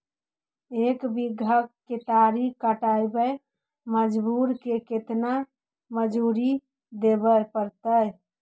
एक बिघा केतारी कटबाबे में मजुर के केतना मजुरि देबे पड़तै?